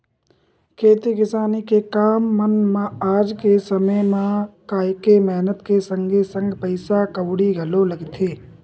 खेती किसानी के काम मन म आज के समे म काहेक मेहनत के संगे संग पइसा कउड़ी घलो लगथे